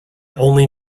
only